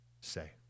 say